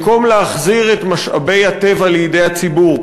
במקום להחזיר את משאבי הטבע לידי הציבור,